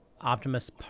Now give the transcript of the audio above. Optimus